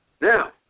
Now